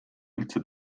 üldse